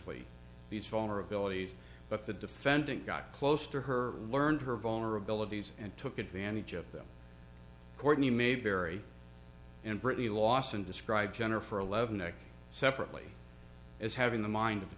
plea these vulnerabilities but the defendant got close to her learned her vulnerabilities and took advantage of them courtney may vary and britney lawson described jennifer eleven neck separately as having the mind of a